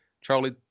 Charlie